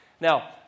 Now